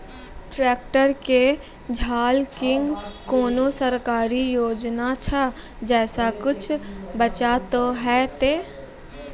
Tractor के झाल किंग कोनो सरकारी योजना छ जैसा कुछ बचा तो है ते?